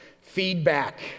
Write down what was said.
Feedback